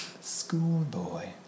Schoolboy